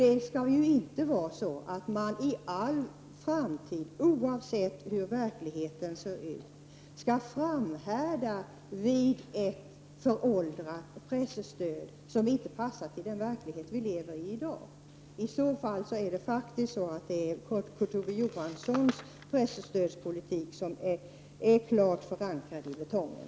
Det skall inte vara så att man för all framtid, oavsett hur verkligheten ser ut, skall framhärda med ett så föråldrat presstöd som inte passar till den verklighet som vi i dag lever i. I så fall är faktiskt Kurt Ove Johanssons presstödspolitik klart förankrad i betongen.